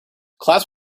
class